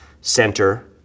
center